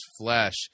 flesh